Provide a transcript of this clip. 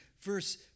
Verse